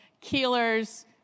Keeler's